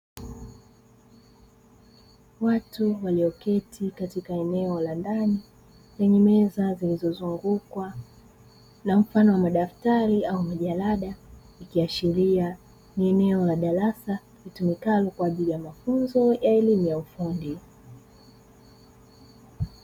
Watu walioketi katika eneo la ndani lenye meza zilizo zungukwa na mfano wa madaftari au majalada, ikiashiria ni eneo la darasa litumikalo kwa ajili ya mafunzo ya elimu ya ufundi.